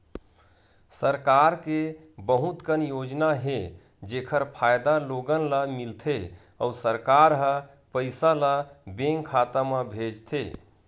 सरकार के बहुत कन योजना हे जेखर फायदा लोगन ल मिलथे अउ सरकार ह पइसा ल बेंक खाता म भेजथे